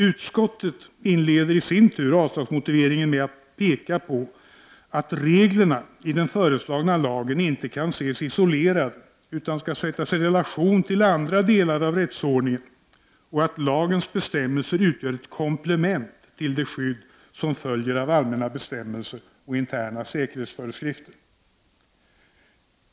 Utskottet inleder i sin tur avslagsmotiveringen med att peka på att reglerna i den föreslagna lagen inte kan ses isolerade utan skall sättas i relation till andra delar av rättsordningen och att lagens bestämmelser utgör ett komplement till det skydd som följer av allmänna bestämmelser och interna säkerhetsföreskrifter.